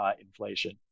inflation